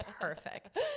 perfect